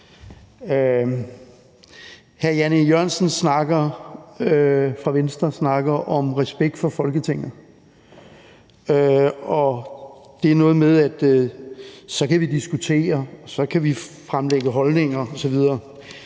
Hr. Jan E. Jørgensen fra Venstre snakker om respekt for Folketinget, og det er noget med, at så kan vi diskutere, og så kan vi fremlægge holdninger osv.